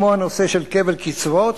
כמו הנושא של כפל קצבאות.